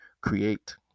create